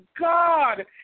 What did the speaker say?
God